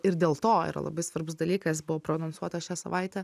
ir dėl to yra labai svarbus dalykas buvo prognozuota šią savaitę